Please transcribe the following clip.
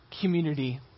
community